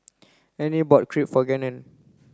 Ernie bought Crepe for Gannon